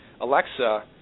Alexa